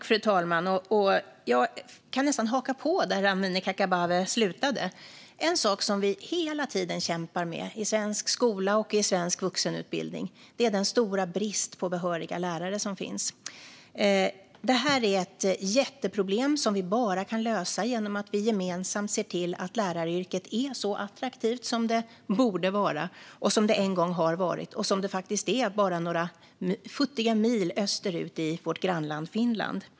Fru talman! Jag kan nästan haka på där Amineh Kakabaveh slutade. En sak som vi hela tiden kämpar med i svensk skola och i svensk vuxenutbildning är den stora brist på behöriga lärare som finns. Det här är ett jätteproblem, som vi bara kan lösa genom att vi gemensamt ser till att läraryrket är så attraktivt som det borde vara, som det en gång har varit och som det faktiskt är bara några futtiga mil österut i vårt grannland Finland.